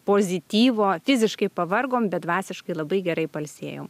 pozityvo fiziškai pavargom bet dvasiškai labai gerai pailsėjom